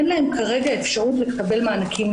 אין להן כרגע אפשרות לקבל מענקים,